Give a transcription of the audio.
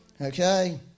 Okay